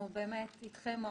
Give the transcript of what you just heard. אנחנו אתכם ההורים,